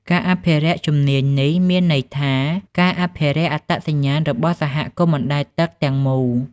ការអភិរក្សជំនាញនេះមានន័យថាការអភិរក្សអត្តសញ្ញាណរបស់សហគមន៍អណ្តែតទឹកទាំងមូល។